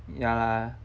ya lah